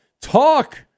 talk